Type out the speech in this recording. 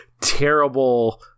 Terrible